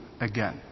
again